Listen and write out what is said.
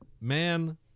Man